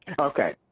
Okay